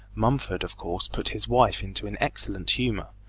mumford of course put his wife into an excellent humour,